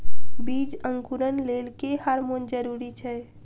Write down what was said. बीज अंकुरण लेल केँ हार्मोन जरूरी छै?